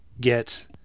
get